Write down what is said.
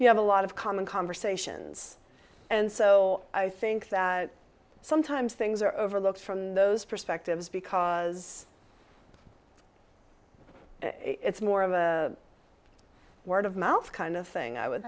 you have a lot of common conversations and so i think that sometimes things are overlooked from those perspectives because it's more of a word of mouth kind of thing i would